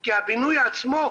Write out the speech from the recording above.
הלכתי הביתה כי הייתי קרוב למאומת,